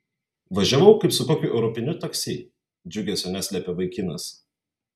važiavau kaip su kokiu europiniu taksi džiugesio neslėpė vaikinas